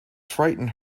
frighten